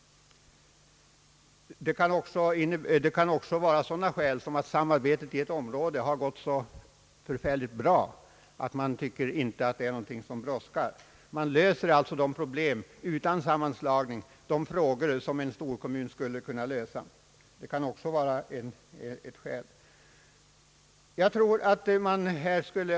Det kan också föreligga sådana skäl som att samarbetet i ett område gått så bra att man tycker att det inte är någonting som brådskar. Man löser alltså utan sammanslagning de frågor som en storkommun skulle ha till uppgift att lösa. Detta kan också vara ett skäl.